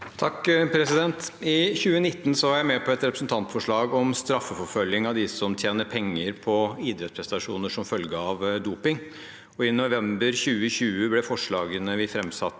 (H) «I 2019 var jeg med på å fremsette et representantforslag om straffeforfølgning av de som tjener penger på idrettsprestasjoner som følge av doping. I november 2020 ble forslagene vi fremsatte,